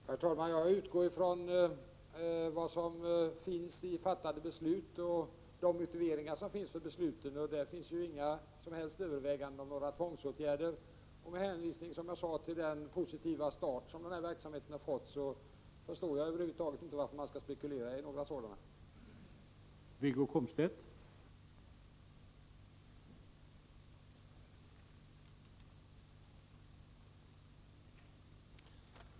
Herr talman! Jag utgår från vad som sägs i fattade beslut och de motiveringar som finns för besluten. I dessa finns inga som helst överväganden om tvångsåtgärder. Med hänvisning till den, som jag sade, positiva start som den här verksamheten har fått förstår jag inte varför man över huvud taget skall spekulera över att tvångsåtgärder kan bli aktuella.